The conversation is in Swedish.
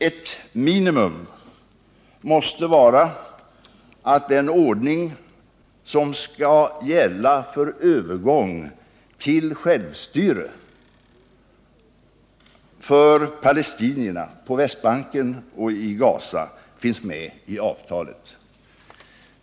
Ett minimum måste vara att den ordning som skall gälla för övergång till självstyrelse för palestinierna på Västbanken och i Gaza finns med i avtalet.